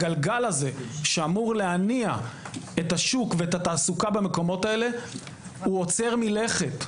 הגלגל הזה שאמור להניע את השוק ואת התעסוקה במקומות האלה הוא עוצר מלכת.